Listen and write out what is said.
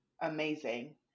amazing